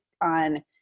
on